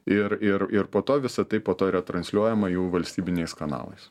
ir ir ir po to visa tai po to yra transliuojama jų valstybiniais kanalais